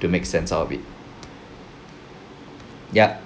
to make sense out of it ya